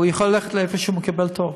הוא יכול ללכת לאיפה שהוא מקבל תור,